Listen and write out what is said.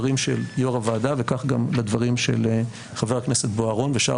לדברים של יושב-ראש הוועדה וכך גם לדברים של חבר הכנסת בוארון ושאר